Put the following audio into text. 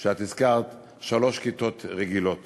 שאת הזכרת שלוש כיתות רגילות